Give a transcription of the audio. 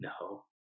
no